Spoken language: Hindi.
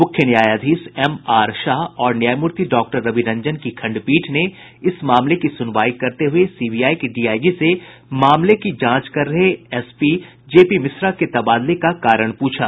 मुख्य न्यायाधीश एमआर शाह और न्यायमूर्ति डॉक्टर रवि रंजन की खंडपीठ ने इस मामले की सुनवाई करते हुये सीबीआई के डीआईजी से मामले की जांच कर रहे एसपी जेपी मिश्रा के तबादले का कारण पूछा